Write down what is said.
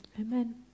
Amen